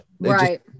Right